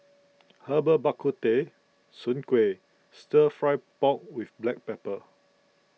Herbal Bak Ku Teh Soon Kway Stir Fry Pork with Black Pepper